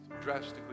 drastically